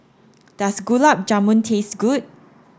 does Gulab Jamun taste good